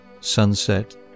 Sunset